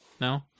No